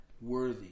worthy